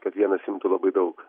kad vienas imtų labai daug